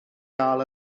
gael